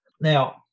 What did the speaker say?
Now